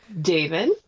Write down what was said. David